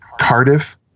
Cardiff